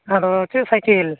ᱦᱮᱸ ᱛᱚᱵᱮ ᱪᱮᱫ ᱥᱟᱭᱠᱮᱞ